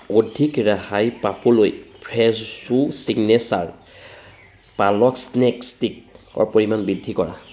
অধিক ৰেহাই পাবলৈ ফ্ৰেছো চিগনেচাৰ পালক স্নেক ষ্টিকৰ পৰিমাণ বৃদ্ধি কৰা